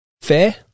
Fair